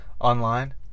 Online